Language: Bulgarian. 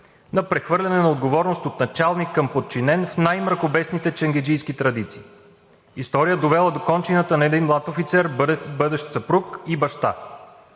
на прехвърляне на отговорност от началник към подчинен в най-мракобесните ченгеджийски традиции, история, довела до кончината на един млад офицер, бъдещ съпруг и баща.